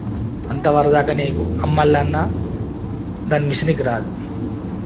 అంతవరదాకా నీకు అమ్మాలన్నా దాని మిషనికి రాదు